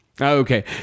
Okay